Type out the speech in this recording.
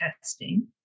testing